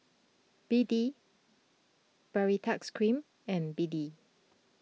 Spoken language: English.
B D Baritex Cream and B D